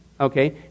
okay